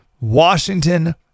Washington